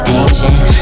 ancient